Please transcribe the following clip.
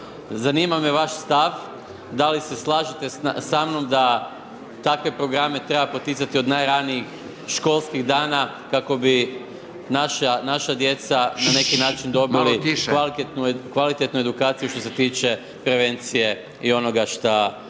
zanima me vaš stav da li se slažete sa mnom da takve programe treba poticati od najranijih školskih dana kako bi naša djeca na neki način dobili kvalitetnu edukaciju što se tiče prevencije i onoga šta